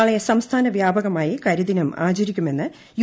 നാളെ സംസ്ഥാന വൃാപകമായി കരിദിനം ആചരിക്കുമെന്ന് യു